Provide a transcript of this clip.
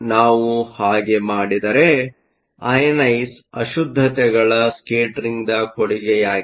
ನಾವು ಹಾಗೆ ಮಾಡಿದರೆ ಅಯನೈಸ಼್ ಅಶುದ್ದತೆಗಳ ಸ್ಕೇಟರಿಂಗ್Scatteringದ ಕೊಡುಗೆಯಾಗಿದೆ